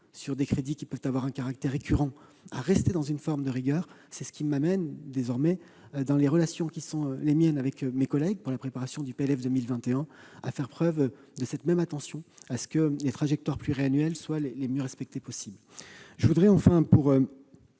sur des crédits qui peuvent avoir un caractère récurrent, à nous en tenir à une certaine rigueur. C'est ce qui m'amène désormais, dans les relations que je peux avoir avec mes collègues pour la préparation du PLF pour 2021, à faire preuve de cette même attention à ce que la trajectoire pluriannuelle soit la mieux respectée possible. Monsieur